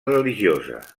religiosa